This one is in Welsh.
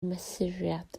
mesuriad